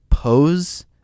Pose